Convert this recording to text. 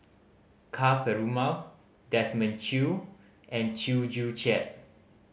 Ka Perumal Desmond Choo and Chew Joo Chiat